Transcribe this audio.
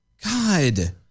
God